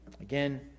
Again